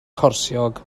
corsiog